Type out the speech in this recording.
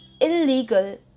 illegal